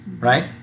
right